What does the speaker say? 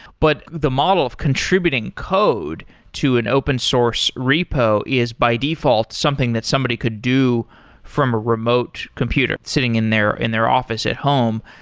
but the model of contributing code to an open source repo is by default something that somebody could do from a remote computer sitting in their in their office at home.